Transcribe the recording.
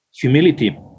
humility